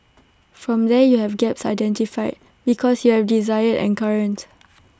from there you have gaps identified because you have desired and current